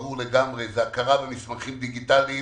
ברור לגמרי, הוא הכרה במסמכים דיגיטליים